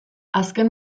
azken